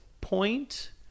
point